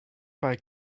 pas